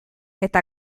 eta